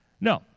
No